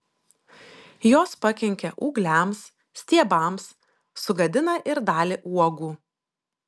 jos pakenkia ūgliams stiebams sugadina ir dalį uogų